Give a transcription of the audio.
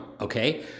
okay